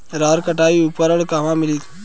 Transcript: रहर कटाई उपकरण कहवा मिली?